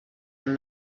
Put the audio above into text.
and